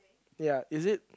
ya is it